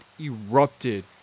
erupted